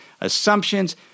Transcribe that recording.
assumptions